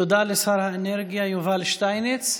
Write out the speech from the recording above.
תודה לשר האנרגיה יובל שטייניץ.